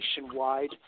nationwide